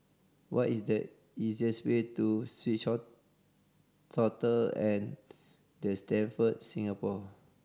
what is the easiest way to The Stamford Singapore